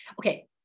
Okay